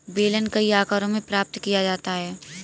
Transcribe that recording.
बेलन कई आकारों में प्राप्त किया जाता है